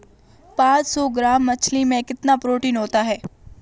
पांच सौ ग्राम मछली में कितना प्रोटीन होता है?